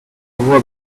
avoir